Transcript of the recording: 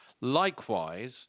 Likewise